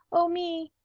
oh, me!